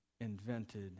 invented